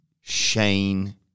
Shane